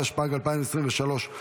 התשפ"ג 2023,